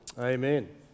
Amen